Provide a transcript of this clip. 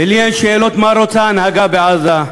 ולי אין שאלות מה רוצה ההנהגה בעזה.